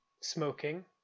smoking